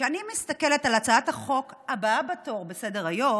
כשאני מסתכלת על הצעת החוק הבאה בתור בסדר-היום,